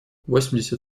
восемьдесят